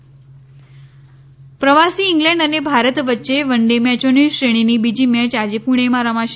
one day પ્રવાસી England અને ભારત વચ્ચે વન ડે મેચોની શ્રેણીની બીજી મેય આજે પ્રણેમાં રમાશે